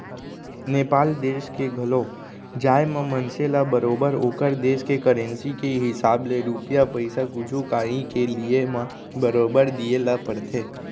नेपाल देस के घलौ जाए म मनसे ल बरोबर ओकर देस के करेंसी के हिसाब ले रूपिया पइसा कुछु कॉंही के लिये म बरोबर दिये ल परथे